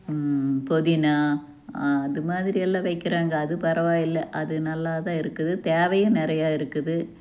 புதினா அது மாதிரியெல்லாம் வைக்கிறாங்க அது பரவாயில்லை அது நல்லாதான் இருக்குது தேவையும் நிறையா இருக்குது